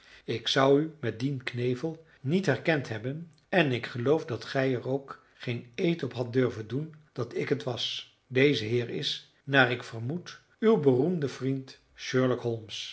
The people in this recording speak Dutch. ik zou u met dien knevel niet herkend hebben en ik geloof dat gij er ook geen eed op hadt durven doen dat ik het was deze heer is naar ik vermoed uw beroemde vriend